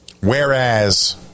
whereas